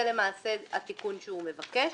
זה למעשה התיקון שהוא מבקש.